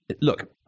Look